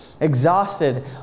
exhausted